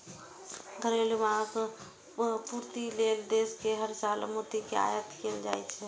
घरेलू मांगक पूर्ति लेल देश मे हर साल मोती के आयात कैल जाइ छै